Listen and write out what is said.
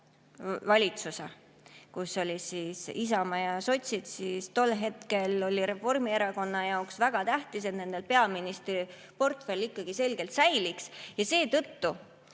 uue valitsuse, kus olid ka Isamaa ja sotsid, siis tol hetkel oli Reformierakonna jaoks väga tähtis, et nendel peaministriportfell ikkagi selgelt säiliks. Seetõttu